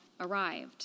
arrived